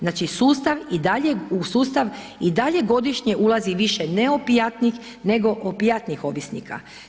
Znači i sustav i dalje, u sustav i dalje godišnje ulazi više neopijatnih nego opijatnih ovisnika.